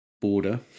border